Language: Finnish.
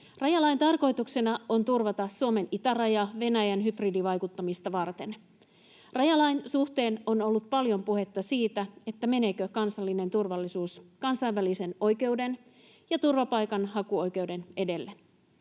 Rajalain tarkoituksena on turvata Suomen itäraja Venäjän hybridivaikuttamista varten. Rajalain suhteen on ollut paljon puhetta siitä, meneekö kansallinen turvallisuus kansainvälisen oikeuden ja turvapaikanhakuoikeuden edelle.